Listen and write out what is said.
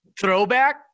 Throwback